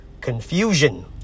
confusion